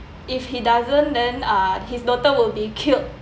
if he doesn't then uh he's daughter will be killed